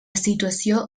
situació